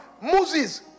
Moses